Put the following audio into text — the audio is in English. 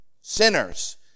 Sinners